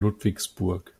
ludwigsburg